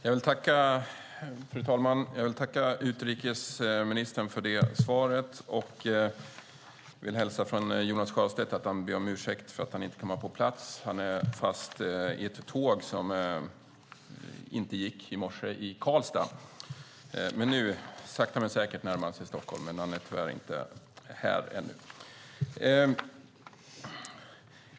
Fru talman! Jag tackar utrikesministern för detta svar och vill hälsa från Jonas Sjöstedt att han ber om ursäkt för att han inte kan vara på plats. Han blev sittande på ett tåg i Karlstad som inte gick i tid. Nu närmar han sig sakta men säkert Stockholm, men han är tyvärr ännu inte här.